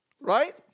Right